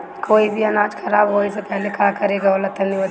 कोई भी अनाज खराब होए से पहले का करेके होला तनी बताई?